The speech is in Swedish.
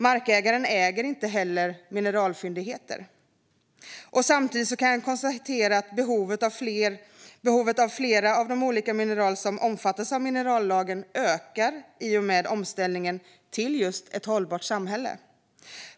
Markägaren äger heller inte mineralfyndigheter. Samtidigt kan jag konstatera att behovet av flera av de olika mineral som omfattas av minerallagen ökar i och med omställningen till ett hållbart samhälle.